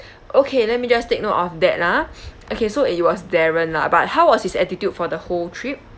okay let me just take note of that ah okay so it was darren lah but how was his attitude for the whole trip